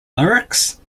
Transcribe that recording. lyrics